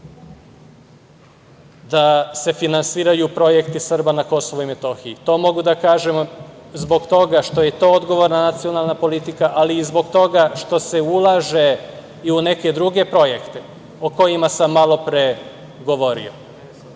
da se finansiraju projekti Srba na KiM. To mogu da kažem zbog toga što je to odgovorna nacionalna politika, ali i zbog toga što se ulaže i u neke druge projekte o kojima sam malo pre govorio. Reći